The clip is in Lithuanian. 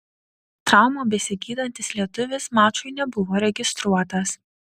traumą besigydantis lietuvis mačui nebuvo registruotas